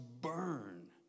burn